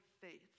faith